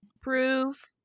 proof